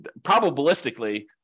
probabilistically